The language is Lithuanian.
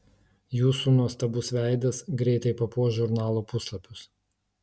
jūsų nuostabus veidas greitai papuoš žurnalo puslapius